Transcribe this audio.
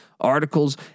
articles